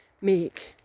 make